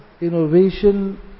innovation